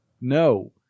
no